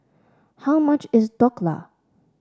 how much is Dhokla